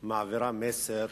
מעבירה מסר